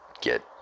get